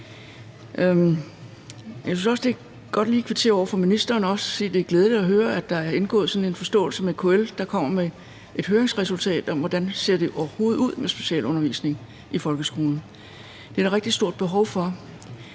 Jeg vil også godt lige kvittere over for ministeren og sige, at det er glædeligt at høre, at der er indgået sådan en forståelse med KL, der kommer med et høringsresultat om, hvordan det overhovedet ser ud med specialundervisning i folkeskolen. Det er der rigtig stort behov for,